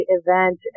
event